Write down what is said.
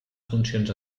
funcions